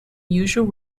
usual